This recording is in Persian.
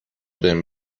بهم